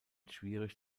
schwierig